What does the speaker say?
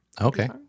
Okay